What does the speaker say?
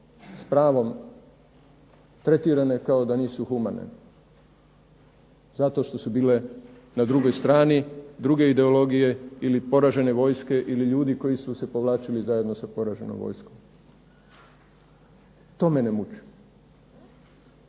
s pravom tretirane kao da nisu humane, zato što su bile na drugoj strani, druge ideologije ili poražene vojske, ili ljudi koji su se povlačili zajedno sa poraženom vojskom. To mene muči.